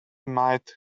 might